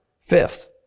Fifth